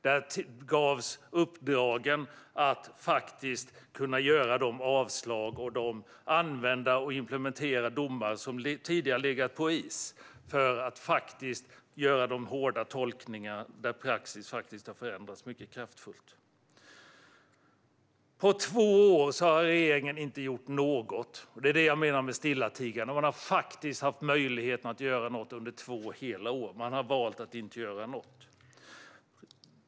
Där gavs uppdragen att kunna göra avslag och att använda och implementera de domar som tidigare legat på is för att göra hårda tolkningar där praxis har förändrats mycket kraftfullt. På två år har regeringen inte gjort något. Det är vad jag menar med stillatigande. Den har haft möjligheten att göra något under två hela år. Den har valt att inte göra något.